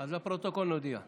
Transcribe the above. נודיע לפרוטוקול.